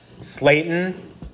Slayton